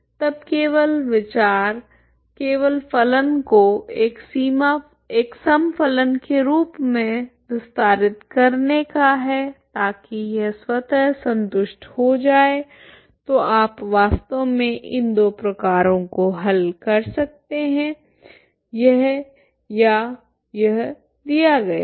तब केवल विचार केवल फलन को एक सम फलन के रूप में विस्तारित करने का है ताकि यह स्वतः संतुष्ट हो जाए तो आप वास्तव में इन दो प्रकारों को हल कर सकते हैं यह या यह दिया गया हो